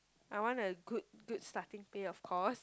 I want a good good starting pay of course